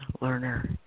learner